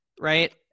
right